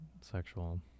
sexual